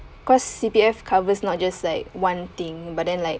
cause C_P_F covers not just like one thing but then like